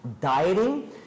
dieting